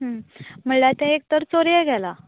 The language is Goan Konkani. म्हळ्ळ्या तें एक तर चोरयें गेलां